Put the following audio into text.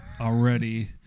already